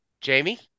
Jamie